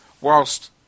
whilst